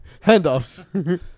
Handoffs